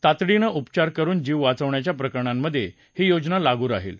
तातडीनं उपचार करुन जीव वाचवण्याच्या प्रकरणांमधे ही योजना लागू राहील